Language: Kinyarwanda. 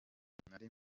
nari